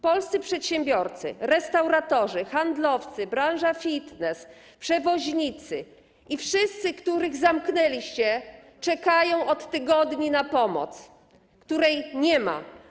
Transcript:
Polscy przedsiębiorcy, restauratorzy, handlowcy, branża fitness, przewoźnicy i wszyscy, których zamknęliście, czekają od tygodni na pomoc, której nie ma.